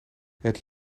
het